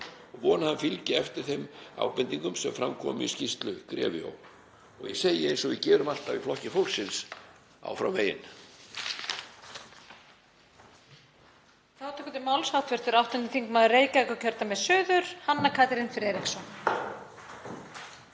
og vona að hann fylgi eftir þeim ábendingum sem fram komu í skýrslu GREVIO og segi eins og við gerum alltaf í Flokki fólksins: Áfram veginn.